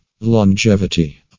Longevity